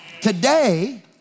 today